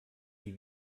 sie